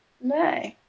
No